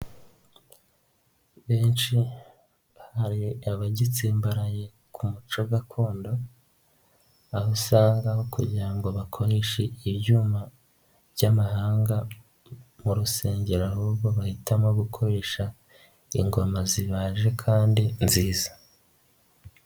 Benshi hari abagitsimbaraye ku muco gakondo, aho usanga kugira ngo bakoreshe ibyuma by'amahanga mu rusengero, ahubwo bahitamo gukoresha ingoma zibaje kandi nziza.